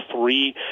three